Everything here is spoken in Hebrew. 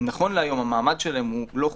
נכון להיום המעמד שלהם הוא לא חוקי.